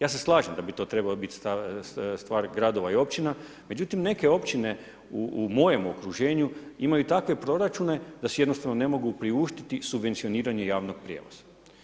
Ja se slažem da bi to trebala biti stvar gradova i općina, međutim neke općine u mojem okruženju imaju takve proračune da si jednostavno ne mogu priuštiti subvencioniranje javnog prijevoza.